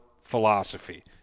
philosophy